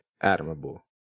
Admirable